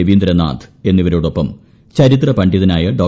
രവീന്ദ്രനാഥ് എന്നിവരോടൊപ്പം ചരിത്രപണ്ഡിതനായ ഡോ